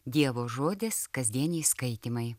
dievo žodis kasdieniai skaitymai